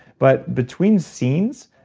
but between scenes,